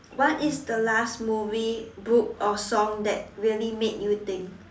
what is the last movie book or song that really make you think